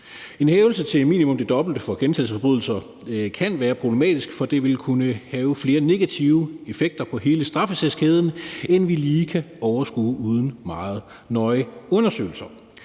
En hævelse til minimum det dobbelte for gentagelsesforbrydelser kan være problematisk, for det vil kunne have flere negative effekter på hele straffesagskæden, end vi lige kan overskue uden meget nøje undersøgelser.